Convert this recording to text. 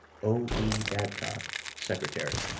o e. babcock, secretary.